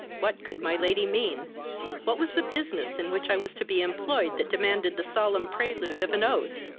what could my lady mean what was the business in which i was to be employed that demanded the solemn prelude of an oath?